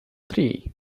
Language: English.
three